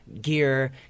gear